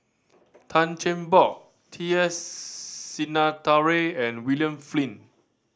Tan Cheng Bock T S Sinnathuray and William Flint